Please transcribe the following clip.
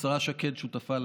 השרה שקד, שותפה.